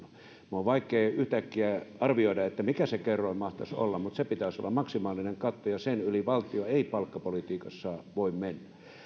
on vaikea yhtäkkiä arvioida mikä se kerroin mahtaisi olla mutta sen pitäisi olla maksimaalinen katto ja sen yli valtio ei palkkapolitiikassaan voi mennä